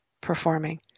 performing